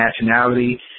nationality